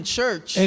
Church